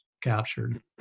captured